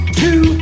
two